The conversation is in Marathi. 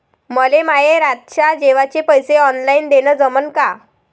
मले माये रातच्या जेवाचे पैसे ऑनलाईन देणं जमन का?